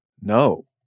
No